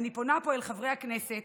אני פונה אל חברי הכנסת